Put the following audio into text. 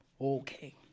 Okay